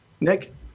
Nick